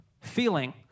feeling